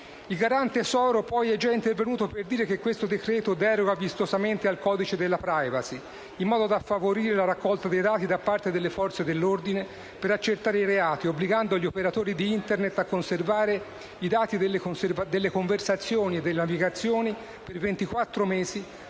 Il garante Soro, poi, è già intervenuto per dire che questo decreto-legge deroga vistosamente al codice della *privacy* in modo da favorire la raccolta dei dati da parte delle Forze dell'ordine per accertare i reati, obbligando gli operatori di Internet a conservare i dati delle conversazioni e delle navigazioni per